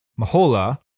Mahola